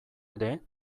ere